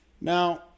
Now